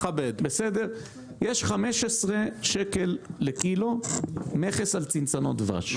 יש 15 שקל לקילו מכס על צנצנות דבש.